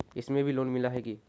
इसमें भी लोन मिला है की